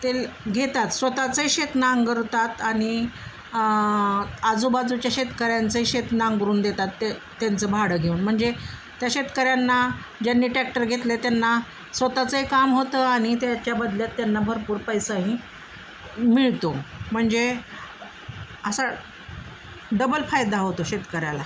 ते घेतात स्वतःचं शेत नांगरतात आणि आजूबाजूच्या शेतकऱ्यांचं शेत नांगरून देतात ते त्यांचं भाडं घेऊन म्हणजे त्या शेतकऱ्यांना ज्यांनी टॅक्टर घेतले त्यांना स्वतःचंही काम होतं आणि त्याच्या बदल्यात त्यांना भरपूर पैसाही मिळतो म्हणजे असा डबल फायदा होतो शेतकऱ्याला